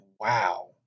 Wow